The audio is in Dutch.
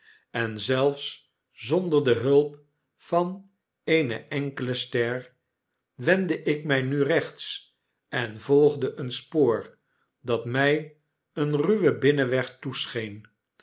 en zelfs zonder de hulp van eene enkele ster wendde ik mij nu rechts en volgde een spoor dat my een ruwen binnenweg toescheen